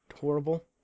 horrible